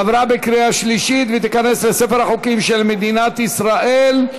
עברה בקריאה שלישית ותיכנס לספר החוקים של מדינת ישראל.